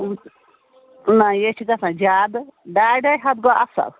نہَ یے چھِ گژھان زیادٕ ڈاے ڈاے ہَتھ گوٚو اَصٕل